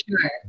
sure